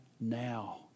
now